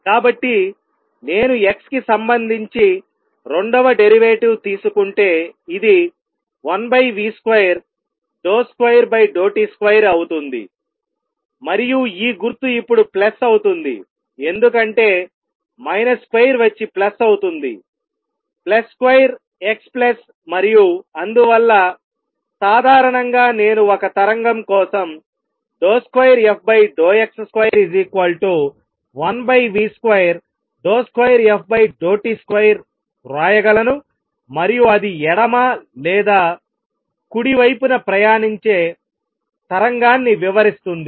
కాబట్టి నేను x కి సంబంధించి రెండవ డెరివేటివ్ తీసుకుంటే ఇది 1v2 ∂2t2 అవుతుంది మరియు ఈ గుర్తు ఇప్పుడు ప్లస్ అవుతుంది ఎందుకంటే మైనస్ స్క్వేర్ వచ్చి ప్లస్ అవుతుంది ప్లస్ స్క్వేర్ x ప్లస్ మరియు అందువల్ల సాధారణంగా నేను ఒక తరంగం కోసం 2fx21v22ft2 వ్రాయగలను మరియు అది ఎడమ లేదా కుడి వైపున ప్రయాణించే తరంగాన్ని వివరిస్తుంది